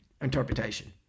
interpretation